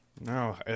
No